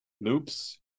Loops